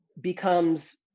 becomes